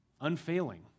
unfailing